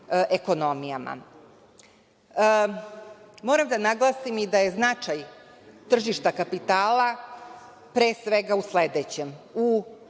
ekonomijama. Moram da naglasim i da je značaj tržišta kapitala, pre svega, u sledećem -